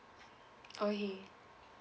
okay